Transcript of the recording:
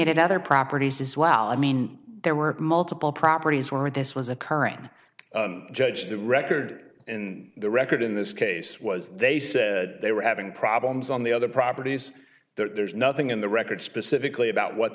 doing it other properties as well i mean there were multiple properties where this was occurring judge the record and the record in this case was they said they were having problems on the other properties there's nothing in the record specifically about what